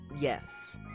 Yes